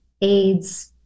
AIDS